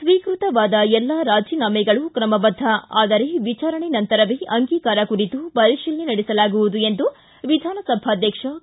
ಸ್ವೀಕೃತವಾದ ಎಲ್ಲಾ ರಾಜೀನಾಮೆಗಳೂ ತ್ರಮಬದ್ದ ಆದರೆ ವಿಚಾರಣೆ ನಂತರವೇ ಅಂಗೀಕಾರ ಕುರಿತು ಪರಿತೀಲನೆ ನಡೆಸಲಾಗುವುದು ಎಂದು ವಿಧಾನಸಭಾಧ್ಯಕ್ಷ ಕೆ